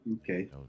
Okay